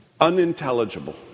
unintelligible